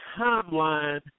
timeline